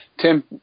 Tim